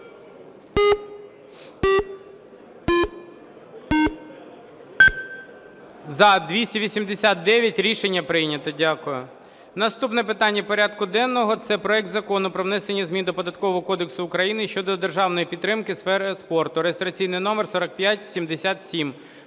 За-289 Рішення прийнято. Дякую. Наступне питання порядку денного – це проект Закону про внесення змін до Податкового кодексу України щодо державної підтримки сфери спорту (реєстраційний номер 4577).